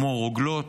כמו רוגלות,